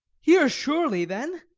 here surely, then.